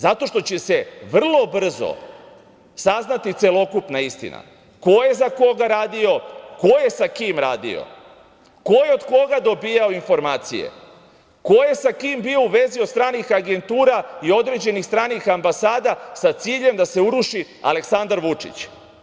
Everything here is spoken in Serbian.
Zato što će se vrlo brzo saznati celokupna istina - ko je za koga radio, ko je sa kim radio, ko je od koga dobijao informacije, ko je sa kim bio u vezi od stranih agentura i određenih stranih ambasada sa ciljem da se uruši Aleksandar Vučić.